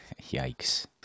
Yikes